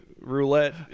roulette